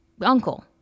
uncle